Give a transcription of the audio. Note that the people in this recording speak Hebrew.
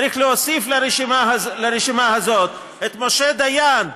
לרשימה הזאת את משה דיין,